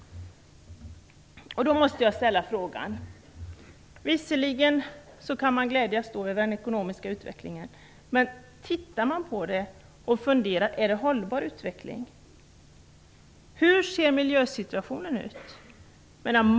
Då måste jag ställa en frågan. Visserligen kan man glädjas över den ekonomiska utvecklingen, men tittar man på den och funderar över den måste man fråga: Är det en hållbar utveckling, hur ser miljösituationen ut?